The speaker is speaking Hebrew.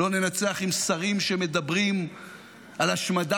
לא ננצח עם שרים שמדברים על השמדה